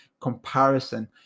comparison